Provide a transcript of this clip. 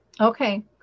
Okay